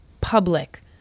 public